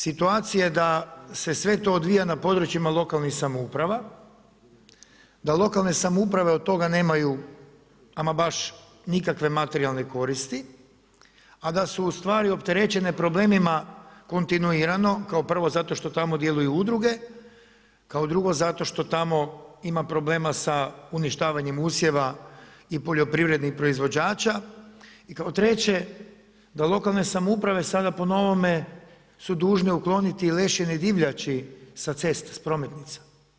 Situacija je da se sve to odvija na područjima lokalnih samouprava, da lokalne samouprave od toga nemaju ama baš nikakve materijalne koristi, a da su ustvari opterećene problemima kontinuirano, kao prvo zato što tamo djeluju udruge, kao drugo zato što tamo ima problema sa uništavanjem usjeva i poljoprivrednih proizvođača, i kako treće da lokalne samouprave sada po novome su dužne ukloniti lešine i divljači sa ceste, s prometnica.